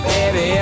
Baby